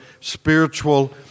spiritual